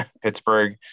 Pittsburgh